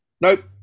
Nope